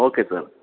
okay sir